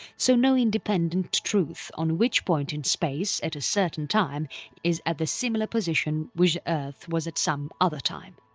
so no independent truth on which point in space at a certain time is at the similar position which the earth was at some other time.